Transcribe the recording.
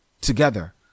Together